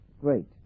great